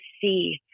see